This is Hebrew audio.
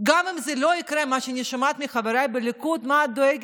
אני שומעת מחבריי בליכוד: מה את דואגת?